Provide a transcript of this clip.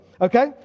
okay